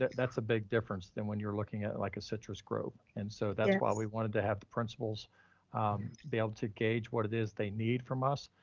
that's a big difference than when you're looking at like a citrus grove. and so that's why we wanted to have the principals be able to gauge what it is they need from us,